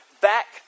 back